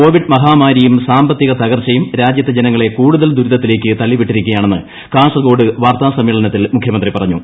Covid മഹാമാരിയും സാമ്പത്തിക തകർച്ചയും രാജ്യത്തെ ജനങ്ങളെ കൂടുതൽ ദുരിതത്തിലേക്ക് തള്ളിവിട്ടിരിക്കുകയാണെന്ന് കാസർഗോട്ട് വാർത്താസമ്മേളനത്തിൽ മുഖ്യമന്ത്രി പറഞ്ഞു